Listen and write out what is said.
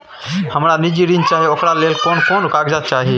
हमरा निजी ऋण चाही ओकरा ले कोन कोन कागजात चाही?